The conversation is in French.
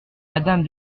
madame